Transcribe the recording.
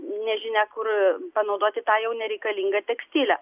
nežinia kur panaudoti tą jau nereikalingą tekstilę